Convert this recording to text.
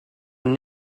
een